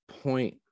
point